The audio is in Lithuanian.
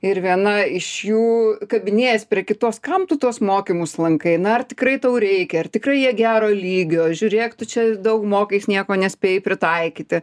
ir viena iš jų kabinėjas prie kitos kam tu tuos mokymus lankai na ar tikrai tau reikia ar tikrai jie gero lygio žiūrėk tu čia daug mokais nieko nespėji pritaikyti